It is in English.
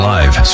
Live